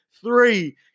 Three